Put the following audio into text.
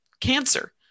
cancer